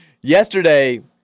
Yesterday